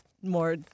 more